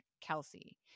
Kelsey